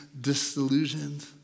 disillusioned